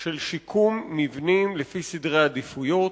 של שיקום מבנים לפי סדרי עדיפויות,